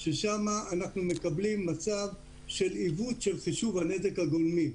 ששם אנחנו מגיעים למצב של עיוות של חישוב הנזק הגולמי.